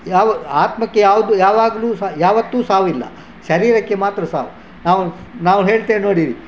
ಯಾವ ಆತ್ಮಕ್ಕೆ ಯಾವುದು ಯಾವಾಗಲೂ ಸಹಾ ಯಾವತ್ತೂ ಸಾವಿಲ್ಲ ಶರೀರಕ್ಕೆ ಮಾತ್ರ ಸಾವು ನಾವು ನಾವು ಹೇಳ್ತೇವೆ ನೋಡಿರಿ